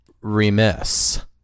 remiss